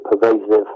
pervasive